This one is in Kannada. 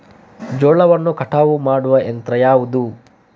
ಜೋಳವನ್ನು ಕಟಾವು ಮಾಡುವ ಯಂತ್ರ ಯಾವುದು?